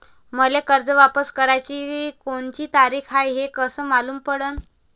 मले कर्ज वापस कराची कोनची तारीख हाय हे कस मालूम पडनं?